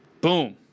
Boom